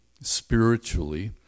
spiritually